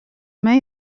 may